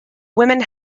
women